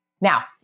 now